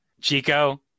Chico